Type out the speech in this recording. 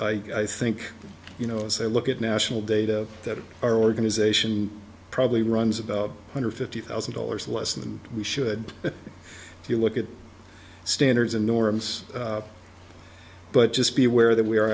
it i think you know as i look at national data that our organization probably runs about two hundred fifty thousand dollars less than we should if you look at standards and norms but just be aware that we are